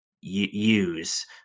use